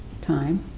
time